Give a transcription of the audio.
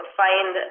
find